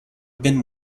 been